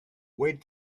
wait